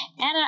Anna